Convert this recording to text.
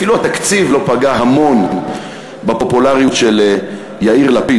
אפילו התקציב לא פגע המון בפופולריות של יאיר לפיד.